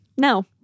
no